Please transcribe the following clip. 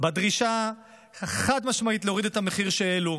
בדרישה החד-משמעית להוריד את המחיר שהעלו.